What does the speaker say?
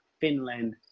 Finland